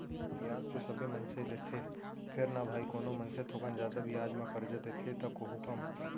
बियाज तो सबे मनसे लेथें फेर न भाई कोनो मनसे थोकन जादा बियाज म करजा देथे त कोहूँ कम